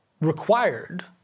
required